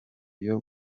rio